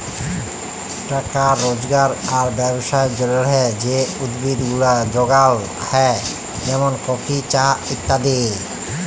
টাকা রজগার আর ব্যবসার জলহে যে উদ্ভিদ গুলা যগাল হ্যয় যেমন কফি, চা ইত্যাদি